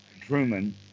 Truman